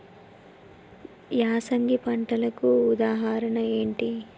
యాసంగి పంటలకు ఉదాహరణ ఏంటి?